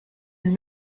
and